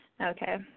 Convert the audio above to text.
Okay